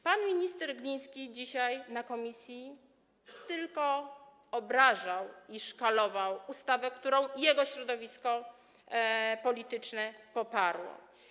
Pan minister Gliński dzisiaj na posiedzeniu komisji tylko obrażał, szkalował ustawę, którą jego środowisko polityczne poparło.